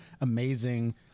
amazing